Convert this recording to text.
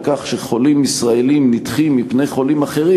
כך שחולים ישראלים נדחים מפני חולים אחרים,